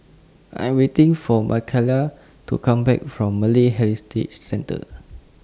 I Am waiting For Makaila to Come Back from Malay Heritage Centre